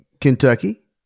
Kentucky